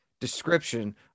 description